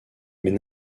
mais